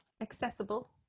accessible